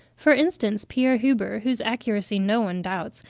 for instance, pierre huber, whose accuracy no one doubts,